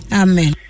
amen